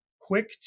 quick